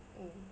mm